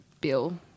bill